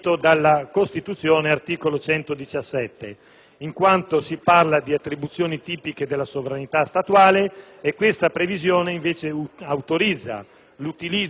in quanto si parla di attribuzioni tipiche della sovranità statuale, mentre tale previsione autorizza l'utilizzo di cittadini in quanto presidio